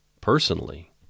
personally